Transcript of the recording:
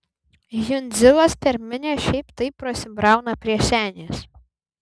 jundzilas per minią šiaip taip prasibrauna prie senės